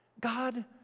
God